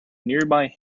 nearby